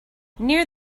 near